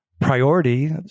priority